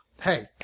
Hey